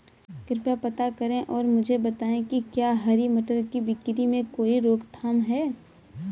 कृपया पता करें और मुझे बताएं कि क्या हरी मटर की बिक्री में कोई रोकथाम है?